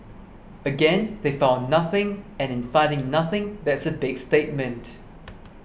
again they found nothing and in finding nothing that's a big statement